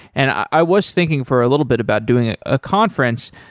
and i was thinking for a little bit about doing a ah conference,